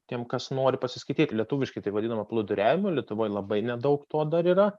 tiem kas nori pasiskaityti lietuviškai tai vadinama plūduriavimu lietuvoj labai nedaug to dar yra